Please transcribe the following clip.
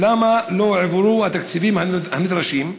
3. למה לא הועברו התקציבים הנדרשים?